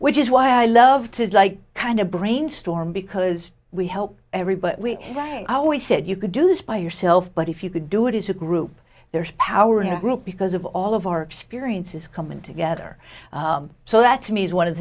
which is why i love to like kind of brainstorm because we help everybody we always said you could do this by yourself but if you could do it is a group there's power group because of all of our experiences coming together so that to me is one of the